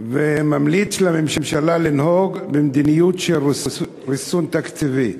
וממליץ לממשלה לנהוג במדיניות של ריסון תקציבי.